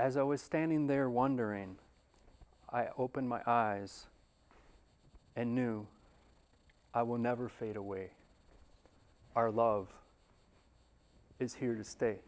as i was standing there wondering i open my eyes and knew i would never fade away our love is here to stay